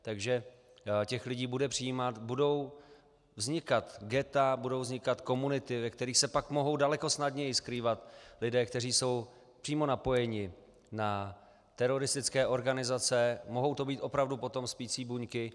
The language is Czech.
Takže těch lidí bude přijímat, budou vznikat ghetta, budou vznikat komunity, ve kterých se pak mohou daleko snadněji skrývat lidé, kteří jsou přímo napojeni na teroristické organizace, mohou to potom opravdu být spící buňky.